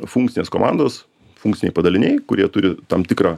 funkcinės komandos funkciniai padaliniai kurie turi tam tikrą